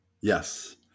Yes